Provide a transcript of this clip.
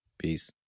Peace